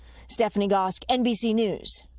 stephanie gosk, nbc news.